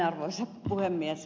arvoisa puhemies